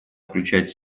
включать